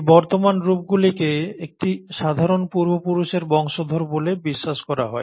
এই বর্তমান রূপগুলিকে একটি সাধারণ পূর্বপুরুষের বংশধর বলে বিশ্বাস করা হয়